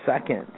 second